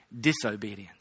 disobedience